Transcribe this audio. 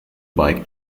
bike